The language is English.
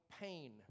pain